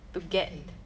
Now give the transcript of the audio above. ok